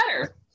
better